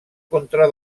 contra